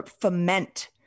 foment